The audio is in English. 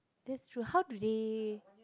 that's true how do they